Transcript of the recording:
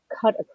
cut